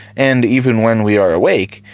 and even when we are awake,